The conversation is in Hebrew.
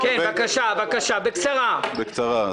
בקצרה,